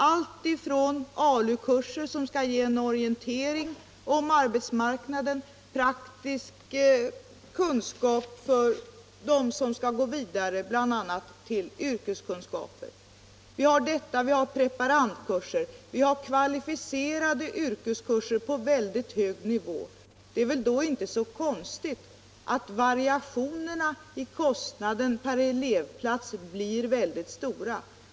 Vi har ALU-kurser som skall ge en orientering om arbetsmarknaden för dem som skall gå vidare bl.a. till yrkesutbildning, vi har preparandkurser och vi har kvalificerade yrkeskurser på mycket hög nivå. Det är väl inte så konstigt att variationerna i kostnaden per elevplats blir mycket stora.